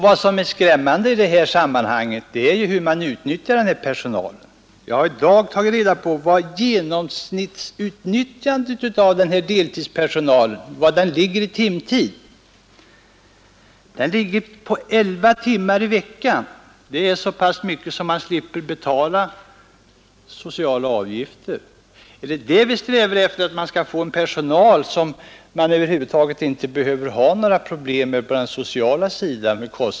Vad som är skrämmande i detta sammanhang är hur man utnyttjar denna personal. Jag har i dag tagit reda på deras genomsnittliga timtid. Den ligger på 11 timmar i veckan enligt uppgift. Det är så pass mycket som man kan utnyttja dem utan att behöva betala sociala avgifter. Är det det vi strävar efter — att man skall kunna ha en personal som man över huvud taget inte behöver ha några kostnader för på den sociala sidan?